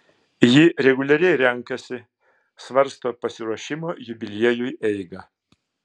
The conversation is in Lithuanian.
ji reguliariai renkasi svarsto pasiruošimo jubiliejui eigą